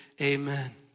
amen